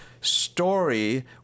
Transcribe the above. story